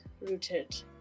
rooted